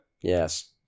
Yes